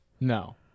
No